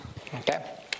Okay